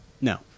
No